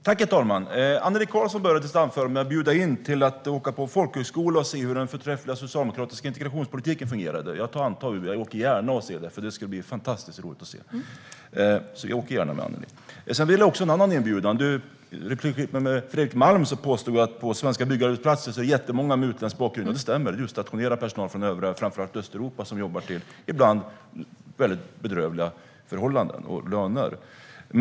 Herr talman! Annelie Karlsson inledde sitt anförande med att bjuda in till att åka till en folkhögskola och se hur den förträffliga socialdemokratiska integrationspolitiken fungerar. Jag antar inbjudan. Jag åker gärna och ser det, för det ska bli fantastiskt roligt att se. Jag åker gärna med dig, Annelie. Jag vill anta en annan inbjudan. I replikskiftet med Fredrik Malm påstod du att på svenska byggarbetsplatser finns det jättemånga med utländsk bakgrund. Det stämmer - det är utstationerad personal från övriga Europa, framför allt Östeuropa, som ibland har bedrövliga förhållanden och löner.